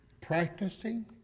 Practicing